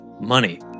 money